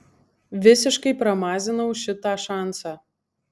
visiškai pramazinau šitą šansą